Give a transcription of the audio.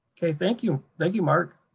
okay, thank you. thank you, mark.